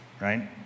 right